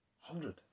hundred